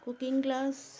cooking class